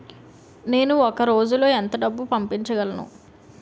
నేను ఒక రోజులో ఎంత డబ్బు పంపించగలను?